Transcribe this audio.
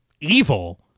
evil